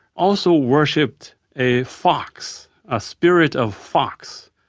also worshipped a fox, a spirit of fox,